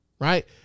right